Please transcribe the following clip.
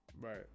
Right